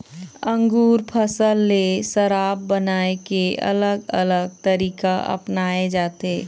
अंगुर फसल ले शराब बनाए के अलग अलग तरीका अपनाए जाथे